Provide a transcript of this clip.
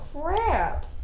crap